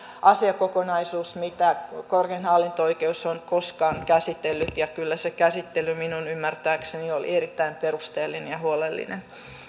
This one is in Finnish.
asiakokonaisuus mitä korkein hallinto oikeus on koskaan käsitellyt ja kyllä se käsittely minun ymmärtääkseni oli erittäin perusteellinen ja huolellinen